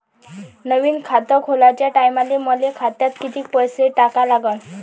नवीन खात खोलाच्या टायमाले मले खात्यात कितीक पैसे टाका लागन?